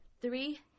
Three